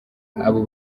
abo